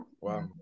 Wow